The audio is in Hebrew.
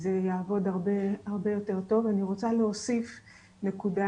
זה יעבוד הרבה יותר טוב, אני רוצה להוסיף נקודה.